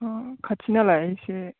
अह खाथि नालाय एसे